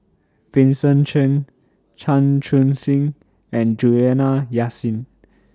Vincent Cheng Chan Chun Sing and Juliana Yasin